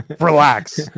Relax